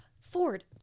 Ford